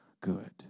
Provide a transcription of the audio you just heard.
good